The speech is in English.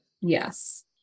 Yes